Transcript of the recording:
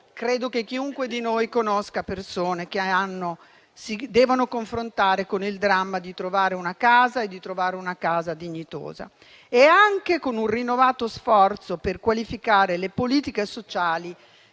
credo che chiunque di noi conosca persone che si devono confrontare con il dramma di trovare una casa e di trovare una casa dignitosa - e con un rinnovato sforzo per qualificare le politiche sociali